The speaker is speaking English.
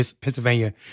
Pennsylvania